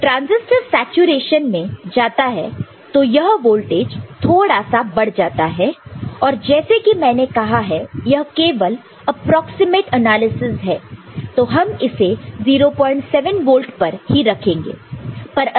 जब transistor saturation में जाता है तो यह वोल्टेज थोड़ा सा बढ़ जाता है पर जैसे कि मैंने कहा है यह केवल अप्रॉक्सिमेट एनालिसिस है तो हम इसे 07 वोल्ट पर ही रखेंगे